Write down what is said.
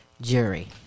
Jury